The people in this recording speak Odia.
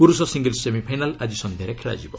ପ୍ରର୍ଷ ସିଙ୍ଗଲ୍ସ୍ ସେମିଫାଇନାଲ୍ ଆଜି ସନ୍ଧ୍ୟାରେ ଖେଳାଯିବ